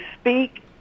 speak